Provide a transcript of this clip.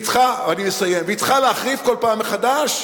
היא צריכה להחריף כל פעם מחדש?